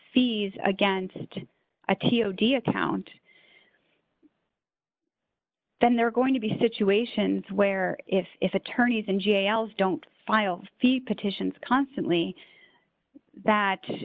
fees against a t o d account then they're going to be situations where if if attorneys and jails don't file feet petitions constantly that